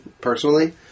personally